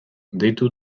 deitu